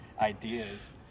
ideas